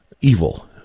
evil